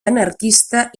anarquista